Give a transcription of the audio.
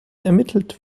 ermittelt